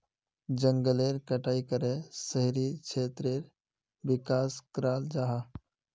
जनगलेर कटाई करे शहरी क्षेत्रेर विकास कराल जाहा